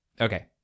Okay